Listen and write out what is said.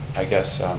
i guess